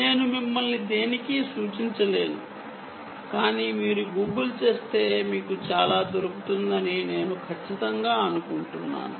నేను మిమ్మల్ని దేనికీ సూచించలేను కాని మీరు గూగుల్ చేస్తే మీకు చాలా దొరుకుతుందని నేను ఖచ్చితంగా అనుకుంటున్నాను